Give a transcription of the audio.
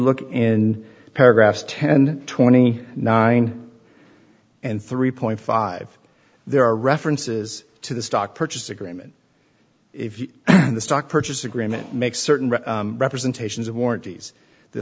look in paragraphs ten twenty nine and three point five there are references to the stock purchase agreement if you are in the stock purchase agreement make certain representations of warranties the